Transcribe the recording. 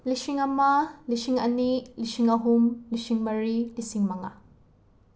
ꯂꯤꯁꯤꯡ ꯑꯃ ꯂꯤꯁꯤꯡ ꯑꯅꯤ ꯂꯤꯁꯤꯡ ꯑꯍꯨꯝ ꯂꯤꯁꯤꯡ ꯃꯔꯤ ꯂꯤꯁꯤꯡ ꯃꯉꯥ